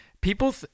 People